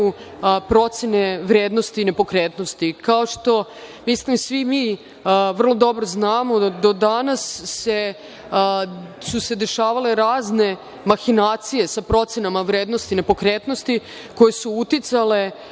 procene vrednosti nepokretnosti. Kao što svi mi vrlo dobro znamo, do danas su se dešavale razne mahinacije sa procenama vrednosti nepokretnosti, koje su uticale